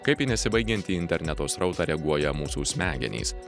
kaip į nesibaigiantį interneto srautą reaguoja mūsų smegenys